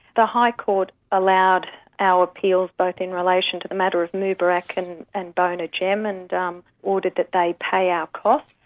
the high court allowed our appeals both in relation to the matter of moubarak and and bou najem, and um ordered that they pay our costs.